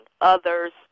others